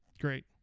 Great